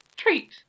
Treat